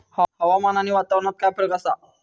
हवामान आणि वातावरणात काय फरक असा?